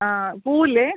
ആ പൂ ഇല്ലേ